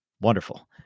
Wonderful